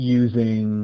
using